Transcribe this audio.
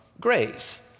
grace